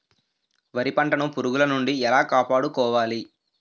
వరి పంటను పురుగుల నుండి ఎలా కాపాడుకోవాలి?